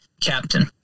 Captain